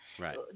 Right